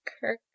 Kirk